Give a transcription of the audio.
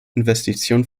investitionen